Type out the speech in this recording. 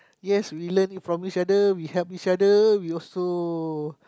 yes we learn from each other we help each other we also